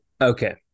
Okay